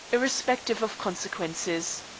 irrespective of consequences.